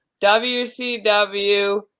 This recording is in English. WCW